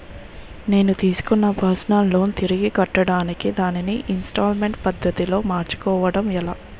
నేను తిస్కున్న personal loan తిరిగి కట్టడానికి దానిని ఇంస్తాల్మేంట్ పద్ధతి లో మార్చుకోవడం ఎలా?